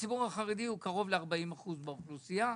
הציבור החרדי הוא קרוב ל-40% מהאוכלוסייה.